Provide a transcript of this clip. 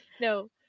no